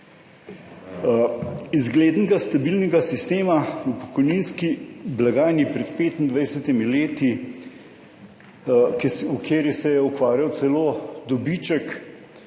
zglednega, stabilnega sistema v pokojninski blagajni pred 25 leti, v kateri se je ukvarjal celo dobiček,